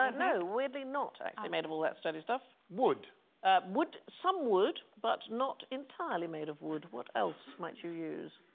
ah no weirdly not actually made of all that sturdy stuff wood, ah wood some wood, but not entirely made of wood what else might you use?